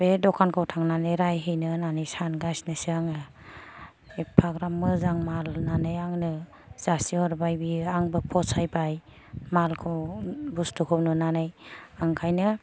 बे दखानखौ थांनानै रायहैनो होननानै सानगासिनोसो आङो एफाग्राब मोजां माल होननानै आंनो जासिहरबाय बियो आंबो फसायबाय मालखौ बुस्थुखौ नुनानै ओंखायनो